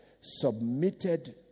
submitted